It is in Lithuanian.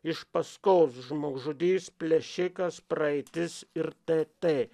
iš paskos žmogžudys plėšikas praeitis ir tė tė